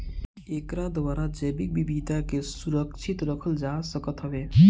एकरा द्वारा जैविक विविधता के सुरक्षित रखल जा सकत हवे